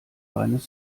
meines